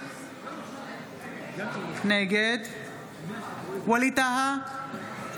נגד ווליד טאהא,